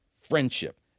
friendship